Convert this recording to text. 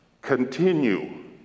continue